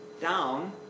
down